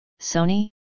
Sony